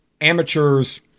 amateurs